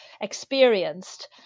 experienced